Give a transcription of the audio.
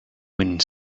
wind